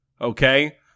okay